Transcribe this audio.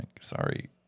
Sorry